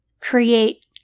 create